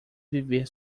viver